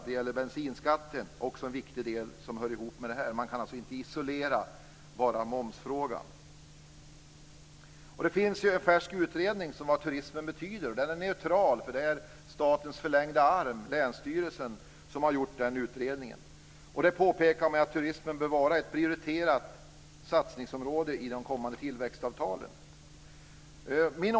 Det gäller bensinskatten, som också är en viktig del som hör ihop med det här. Man kan alltså inte isolera bara momsfrågan. Det finns en färsk utredning om vad turismen betyder. Den är neutral, då det är statens förlängda arm, länsstyrelsen, som har gjort utredningen. I utredningen påpekas att turismen bör vara ett prioriterat satsningsområde i de kommande tillväxtavtalen.